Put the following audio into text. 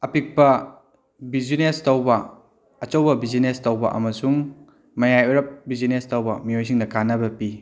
ꯑꯄꯤꯛꯄ ꯕꯤꯖꯤꯅꯦꯁ ꯇꯧꯕ ꯑꯆꯧꯕ ꯕꯤꯖꯤꯅꯦꯁ ꯇꯧꯕ ꯑꯃꯁꯨꯡ ꯃꯌꯥꯏ ꯑꯣꯏꯔꯞ ꯕꯤꯖꯤꯅꯦꯁ ꯇꯧꯕ ꯃꯤꯑꯣꯏꯁꯤꯡꯗ ꯀꯥꯟꯅꯕ ꯄꯤ